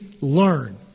learn